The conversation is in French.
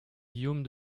guillaume